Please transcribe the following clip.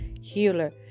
healer